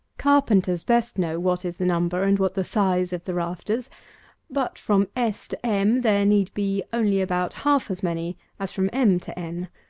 carpenters best know what is the number and what the size of the rafters but from s to m there need be only about half as many as from m to n.